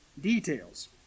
details